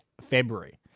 February